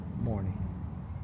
morning